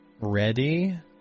ready